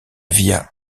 via